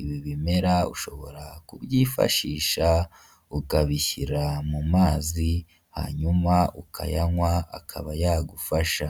ibi bimera ushobora kubyifashisha ukabishyira mu mazi hanyuma ukayanywa akaba yagufasha.